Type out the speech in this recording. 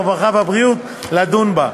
הרווחה והבריאות לדון בה.